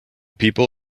people